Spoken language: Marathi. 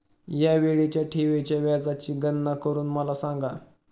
या वेळीच्या ठेवीच्या व्याजाची गणना करून मला सांगा